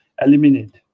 Eliminate